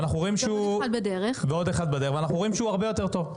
ואנחנו רואים שהוא הרבה יותר טוב.